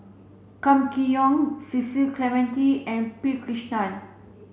Kam Kee Yong Cecil Clementi and P Krishnan